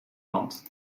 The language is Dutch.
land